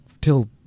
till